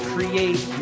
Create